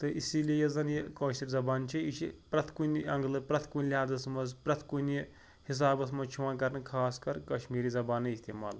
تہٕ اِسی لیے یۄس زَن یہِ کٲشِر زَبان چھِ یہِ چھِ پرٛٮ۪تھ کُنہِ اٮ۪نٛگلہٕ پرٛٮ۪تھ کُنہِ لِہٰذَس منٛز پرٛٮ۪تھ کُنہِ حِسابَس منٛز چھُ یِوان کَرنہٕ خاص کَر کَشمیٖری زَبانٕے اِستعمال